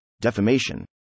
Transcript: defamation